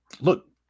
look